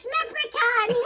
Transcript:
Leprechaun